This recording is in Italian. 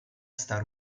star